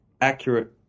accurate